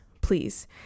please